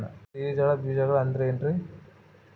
ದ್ವಿದಳ ಬೇಜಗಳು ಅಂದರೇನ್ರಿ?